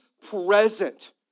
present